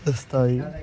వస్తాయి